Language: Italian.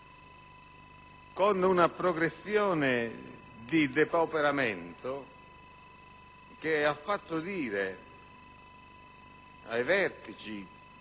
con una progressione di depauperamento che ha fatto dire ai vertici